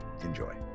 enjoy